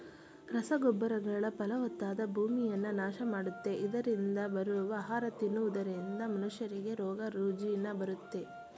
ರಸಗೊಬ್ಬರಗಳು ಫಲವತ್ತಾದ ಭೂಮಿಯನ್ನ ನಾಶ ಮಾಡುತ್ತೆ, ಇದರರಿಂದ ಬರುವ ಆಹಾರ ತಿನ್ನುವುದರಿಂದ ಮನುಷ್ಯರಿಗೆ ರೋಗ ರುಜಿನ ಬರುತ್ತೆ